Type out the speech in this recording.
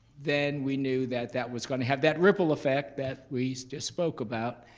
then we knew that that was going to have that ripple effect that we just spoke about.